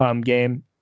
game